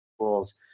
tools